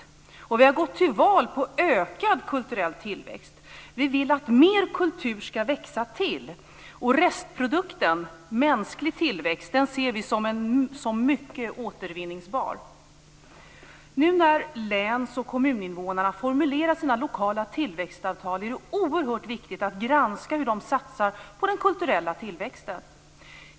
Vi har gått till val på ökad kulturell tillväxt. Vi vill att mer kultur ska växa till. Restprodukten, mänsklig tillväxt, ser vi som mycket återvinningsbar. Nu när läns och kommuninvånarna formulerat sina lokala tillväxtavtal är det oerhört viktigt att granska hur de satsar på den kulturella tillväxten.